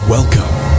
Welcome